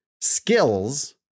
skills